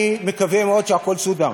אני מקווה מאוד שהכול סודר.